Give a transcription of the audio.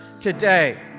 today